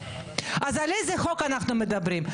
אז על איזה חוק אנחנו מדברים?